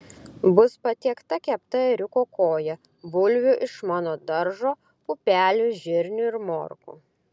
bus patiekta kepta ėriuko koja bulvių iš mano daržo pupelių žirnių ir morkų